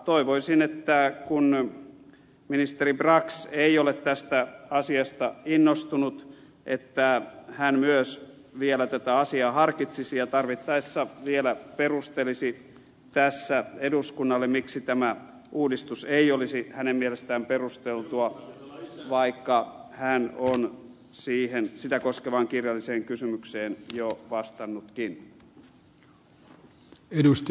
toivoisin että kun ministeri brax ei ole tästä asiasta innostunut hän myös vielä tätä asiaa harkitsisi ja tarvittaessa vielä perustelisi tässä eduskunnalle miksi tämä uudistus ei olisi hänen mielestään perusteltu vaikka hän on sitä koskevaan kirjalliseen kysymykseen jo vastannutkin